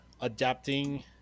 adapting